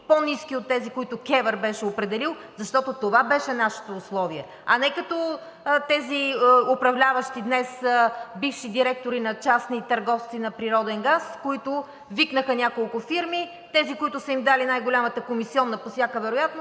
по-ниски от тези, които КЕВР беше определила, защото това беше нашето условие, а не като тези управляващи днес, бивши директори на частни търговци на природен газ, които викнаха няколко фирми, тези, които са им дали най голямата комисиона, по всяка вероятност